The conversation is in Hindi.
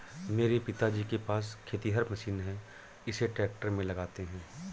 मेरे पिताजी के पास खेतिहर मशीन है इसे ट्रैक्टर में लगाते है